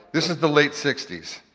this is the late sixty s.